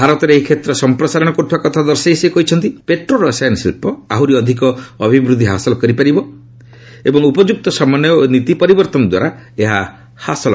ଭାରତରେ ଏହି କ୍ଷେତ୍ର ସମ୍ପ୍ରସାରଣ କରୁଥିବା କଥା ଦର୍ଶାଇ ସେ କହିଛନ୍ତି ପେଟ୍ରୋ ରସାୟନ ଶିଳ୍ପ ଆହୁରି ଅଧିକ ଅଭିବୃଦ୍ଧି ହାସଲ କରିପାରିବ ଏବଂ ଉପଯୁକ୍ତ ସମନ୍ୱୟ ଓ ନୀତିପରିବର୍ତ୍ତନ ଦ୍ୱାରା ଏହା ହାସଲ କରାଯିବ